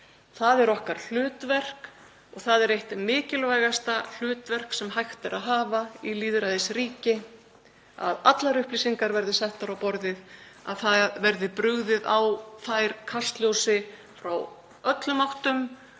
Það er okkar hlutverk. Það er eitt mikilvægasta hlutverk sem hægt er að hafa í lýðræðisríki, að allar upplýsingar verði settar upp á borðið, að brugðið verði á þær kastljósi úr öllum áttum